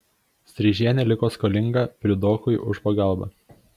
streižienė liko skolinga priudokui už pagalbą